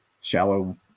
shallow